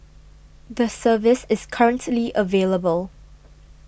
the service is currently available